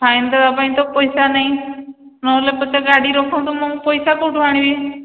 fine ଦେବା ପାଇଁ ତ ପଇସା ନାହିଁ ନହେଲେ ପଛେ ଗାଡ଼ି ରଖନ୍ତୁ ମୁଁ ପଇସା କେଉଁଠୁ ଆଣିବି